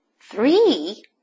Three